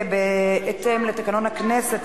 בהתאם לתקנון הכנסת,